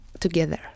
Together